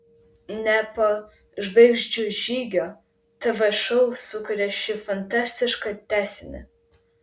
ne po žvaigždžių žygio tv šou sukūrė šį fanatišką tęsinį